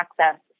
access